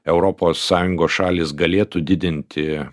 europos sąjungos šalys galėtų didinti